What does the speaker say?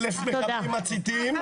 אלף מחבלים מציתים.